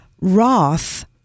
Roth